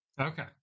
Okay